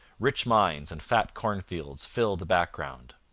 rich mines and fat cornfields fill the background.